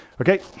okay